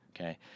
okay